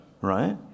Right